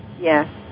yes